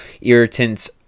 irritants